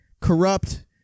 Corrupt